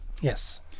Yes